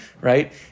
right